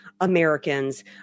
Americans